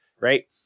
right